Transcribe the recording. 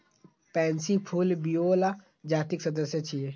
pansy फूल viola जातिक सदस्य छियै